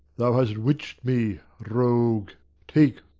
thou hast witch'd me, rogue take,